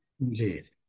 Indeed